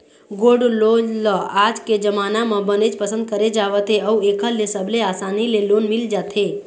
gold loan ल आज के जमाना म बनेच पसंद करे जावत हे अउ एखर ले सबले असानी ले लोन मिल जाथे